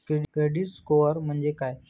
Credit score म्हणजे काय?